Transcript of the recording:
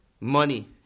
money